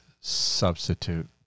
substitute